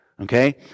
Okay